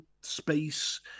space